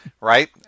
right